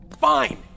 Fine